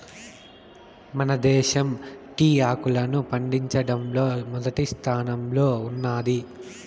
మన దేశం టీ ఆకును పండించడంలో మొదటి స్థానంలో ఉన్నాది